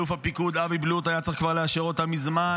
אלוף הפיקוד אבי בלוט כבר היה צריך לאשר אותה מזמן,